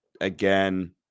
again